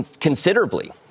considerably